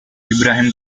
ibrahim